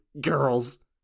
girls